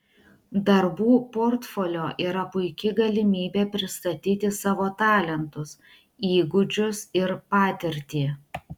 darbų portfolio yra puiki galimybė pristatyti savo talentus įgūdžius ir patirtį